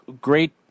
great